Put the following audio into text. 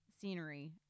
scenery